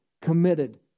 committed